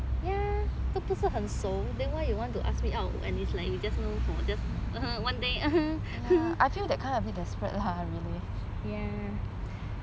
ya 都不是很熟 then why you want to ask me out when it's like just you know for like one day ya